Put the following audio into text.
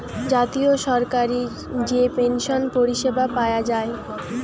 জাতীয় সরকারি যে পেনসন পরিষেবা পায়া যায়